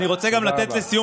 אני רוצה גם לתת לסיום